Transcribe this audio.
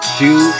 two